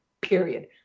Period